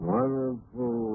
Wonderful